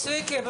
צביקי טסלר,